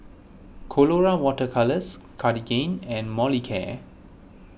Colora Water Colours Cartigain and Molicare